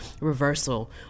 reversal